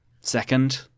Second